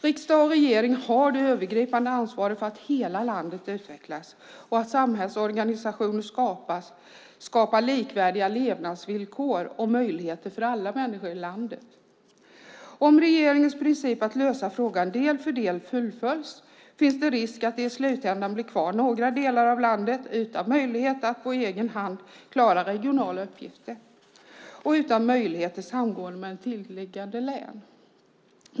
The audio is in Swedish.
Riksdag och regering har det övergripande ansvaret för att hela landet utvecklas och för att samhällsorganisationer skapar likvärdiga levnadsvillkor och möjligheter för alla människor i landet. Om regeringens princip att lösa frågan del för del fullföljs finns det risk att det i slutändan blir kvar några delar av landet utan möjlighet att på egen hand klara regionala uppgifter och utan möjlighet till samgående med intilliggande län.